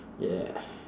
yeah